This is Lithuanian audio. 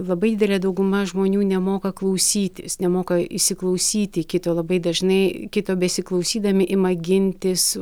labai didelė dauguma žmonių nemoka klausytis nemoka įsiklausyti į kito labai dažnai kito besiklausydami ima gintis